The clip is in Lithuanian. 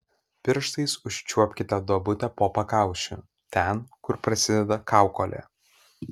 pirštais užčiuopkite duobutę po pakaušiu ten kur prasideda kaukolė